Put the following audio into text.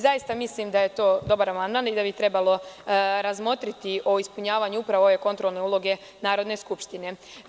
Zaista mislim da je to dobar amandman i da bi trebalo razmotriti o ispunjavanju upravo ove kontrolne uloge Narodne skupštine.